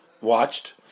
watched